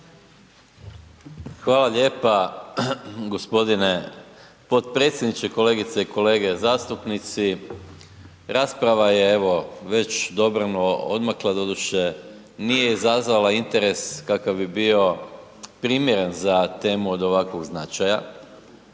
Hvala lijepa g. potpredsjedniče. Kolegice i kolege zastupnici. Rasprava je evo, već dobrano odmakla, doduše nije izazvala interes kakav bi bilo primjeren za temu od ovakvog značaja